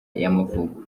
y’amavuko